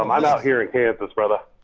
um i'm out here in kansas, brother.